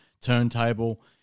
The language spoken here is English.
turntable